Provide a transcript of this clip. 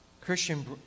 Christian